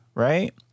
right